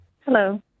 Hello